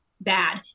bad